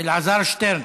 אלעזר שטרן.